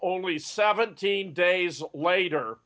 only seventeen days later